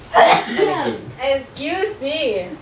excuse me